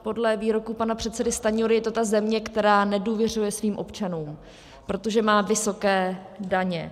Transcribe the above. A podle výroku pana předsedy Stanjury je to ta země, která nedůvěřuje svým občanům, protože má vysoké daně.